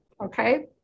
Okay